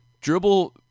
Dribble